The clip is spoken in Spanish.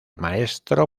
maestro